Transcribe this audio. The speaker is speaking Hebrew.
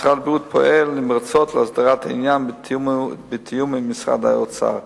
ומשרד הבריאות פועל נמרצות להסדרת העניין בתיאום עם משרד האוצר.